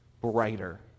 brighter